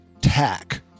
tack